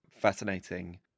fascinating